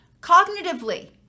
cognitively